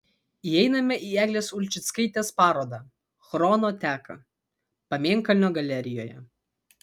įeiname į eglės ulčickaitės parodą chrono teka pamėnkalnio galerijoje